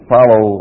Follow